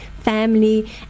family